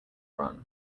run